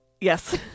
Yes